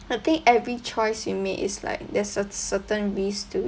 I think every choice we make is like there's a certain risk to